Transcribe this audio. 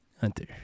Hunter